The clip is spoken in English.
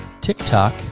TikTok